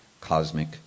cosmic